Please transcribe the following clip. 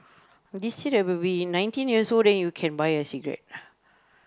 this be nineteen years old then you can buy a cigarette